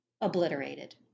obliterated